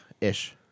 ish